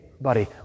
buddy